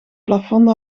plafond